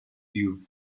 due